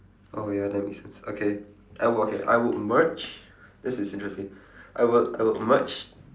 oh ya that makes sense okay I would okay I would merge this is interesting I would I would merge